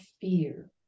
fear